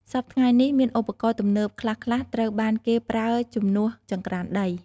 សព្វថ្ងៃនេះ មានឧបករណ៍ទំនើបខ្លះៗត្រូវបានគេប្រើជំនួសចង្ក្រានដី។